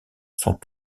sont